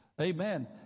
Amen